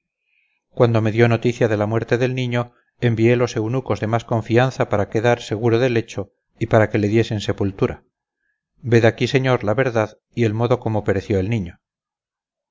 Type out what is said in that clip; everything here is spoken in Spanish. cuando me dio noticia de la muerte del niño envié los eunucos de más confianza para quedar seguro del hecho y para que le diesen sepultura ved aquí señor la verdad y el modo cómo pereció el niño